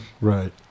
Right